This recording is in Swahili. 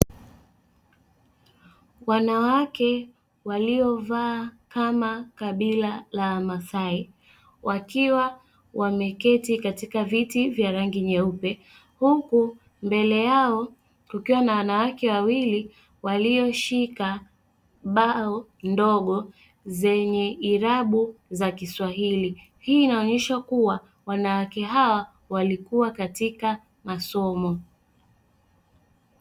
Wanawake waliovaa kama kabila la Wasai wakiwa wameketi katika viti vya rangi nyeupe, huku mbele yao wakiwa na wanawake wawili walioshika bao ndogo zenye irabu za Kiswahili; hii inaonyesha kwamba wanawake hawa walihudhuria masomo.